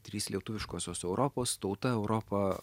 trys lietuviškosios europos tauta europa